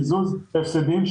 אפשרות קיזוז הפסד מהעבר שלך.